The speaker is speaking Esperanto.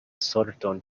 sorton